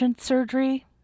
surgery